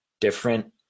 different